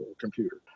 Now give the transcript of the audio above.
computer